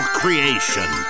creation